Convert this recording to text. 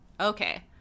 Okay